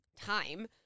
time